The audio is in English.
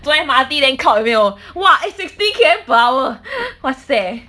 坐 M_R_T then clock 有没有 !wah! eh sixty K_M per hour !wah! seh